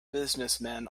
businessmen